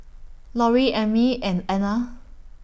Lorrie Emmie and Anna